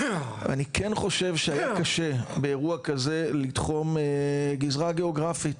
אני כן חושב שהיה קשה באירוע כזה לתחום גזרה גיאוגרפית